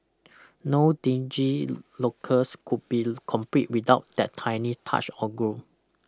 no dingy locales could be complete without that tiny touch of gore